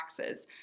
taxes